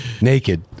naked